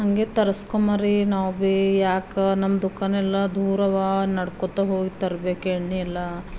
ಹಾಗೆ ತರಿಸ್ಕೊಂಬರಿ ನಾವು ಬೆ ಯಾಕೆ ನಮ್ಮ ದುಖಾನೆಲ್ಲ ದೂರವ ನಡ್ಕೊತ ಹೋಗಿ ತರ್ಬೇಕು ಎಣ್ಣೆ ಎಲ್ಲ